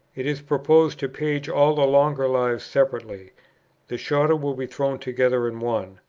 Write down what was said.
it is proposed to page all the longer lives separately the shorter will be thrown together in one.